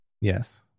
Yes